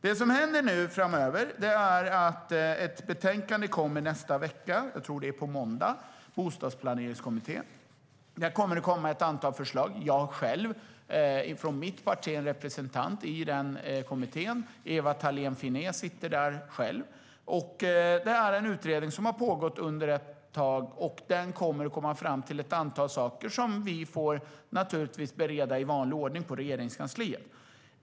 Det som händer framöver är att ett betänkande från Bostadsplaneringskommittén kommer i nästa vecka - jag tror att det är på måndag. Där kommer det att finnas ett antal förslag. Jag har själv en representant från mitt parti i kommittén. Ewa Thalén Finné sitter också där. Utredningen har pågått ett tag, och den kommer att komma fram till ett antal saker som vi får bereda i vanlig ordning på Regeringskansliet.